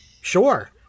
sure